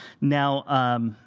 now